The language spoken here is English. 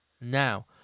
Now